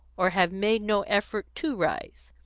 or have made no effort to rise.